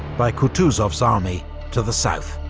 by kutuzov's army to the south.